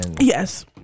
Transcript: Yes